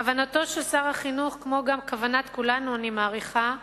כוונתנו של שר החינוך, וכוונת כולנו, אני מעריכה,